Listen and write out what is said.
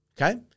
okay